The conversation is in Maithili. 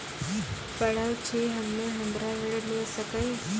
पढल छी हम्मे हमरा ऋण मिल सकई?